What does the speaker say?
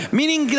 meaning